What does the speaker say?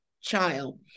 child